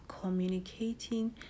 communicating